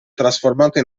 trasformata